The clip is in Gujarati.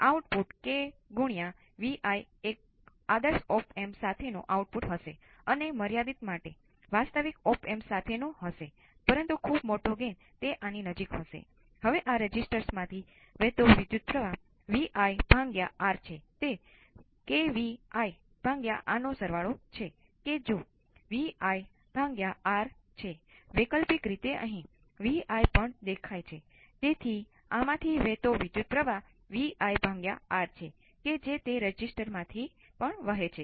તેથી જો તમે પદોને ફરીથી ગોઠવો તો તમે જોશો કે તે RC નો ગુણાંક Rc છે અને VR નો ગુણાંક 1 છે